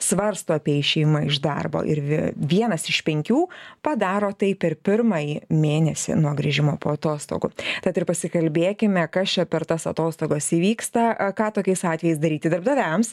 svarsto apie išėjimą iš darbo ir vie vienas iš penkių padaro tai per pirmąjį mėnesį nuo grįžimo po atostogų tad ir pasikalbėkime kas čia per tas atostogas įvyksta ką tokiais atvejais daryti darbdaviams